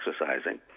exercising